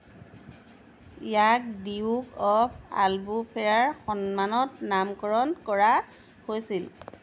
ইয়াক duke of আলবুফেৰাৰ সন্মানত নামকৰণ কৰা হৈছিল